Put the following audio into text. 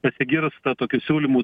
pasigirsta tokių siūlymų